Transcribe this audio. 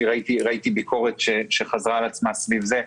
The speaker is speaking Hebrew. כי ראיתי ביקורת שחזרה על עצמה סביב זה,